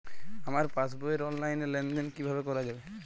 আমার পাসবই র অনলাইন লেনদেন কিভাবে করা যাবে?